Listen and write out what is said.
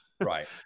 right